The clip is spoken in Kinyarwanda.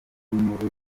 n’inkuru